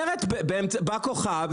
באמצעות בא כוחה,